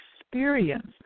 experience